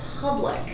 public